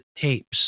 tapes